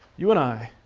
you and i,